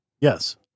Yes